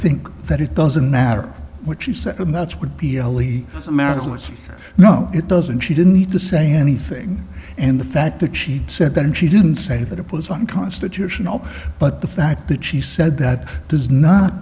think that it doesn't matter what she said and that's would be ellie america's no it doesn't she didn't need to say anything and the fact that she said that and she didn't say that oppose unconstitutional but the fact that she said that does not